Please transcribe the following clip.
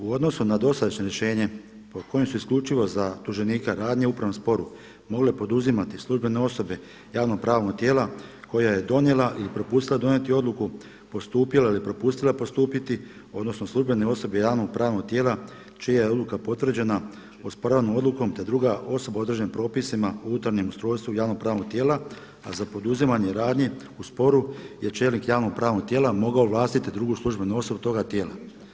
U odnosu na dosadašnje rješenje po kojem su isključivo za tuženika radnje u upravnom sporu mogle poduzimati službene osobe javno pravnog tijela koje je donijela ili propustila donijeti odluku, postupila ili propustila postupiti odnosno službene osobe javnog pravnog tijela čija je odluka potvrđena … odlukom te druga osoba određen propisima o unutarnjem ustrojstvu javno-pravnog tijela a za poduzimanje radnji u sporu je čelnik javnog pravnog tijela mogao ovlastiti drugu službenu osobu toga tijela.